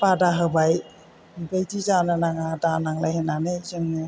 बादा होबाय बेबादि जानाङा दानांलाय होन्नानै जोङो